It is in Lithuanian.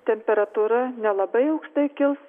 temperatūra nelabai aukštai kils